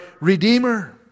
Redeemer